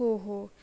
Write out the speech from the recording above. हो हो